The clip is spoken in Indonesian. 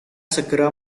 segera